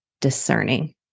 discerning